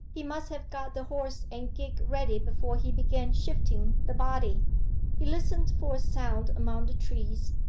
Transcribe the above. he must have got the horse and gig ready before he began shifting the body he listened for a sound among the trees.